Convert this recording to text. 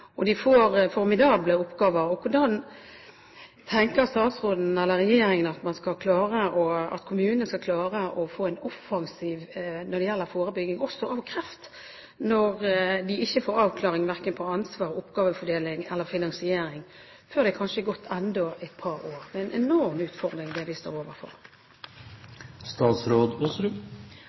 Og de får formidable oppgaver. Hvordan tenker statsråden og regjeringen at kommunene skal klare å få en offensiv når det gjelder forebygging også av kreft, når de ikke får avklaring verken av ansvar, oppgavefordeling eller finansiering før det kanskje har gått enda et par år? Det er en enorm utfordring vi står